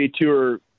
Tour